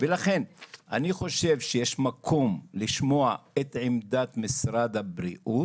לכן אני חושב שיש מקום לשמוע את עמדת משרד הבריאות,